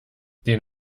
den